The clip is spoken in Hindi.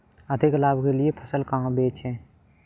अधिक लाभ के लिए फसल कहाँ बेचें?